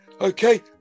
okay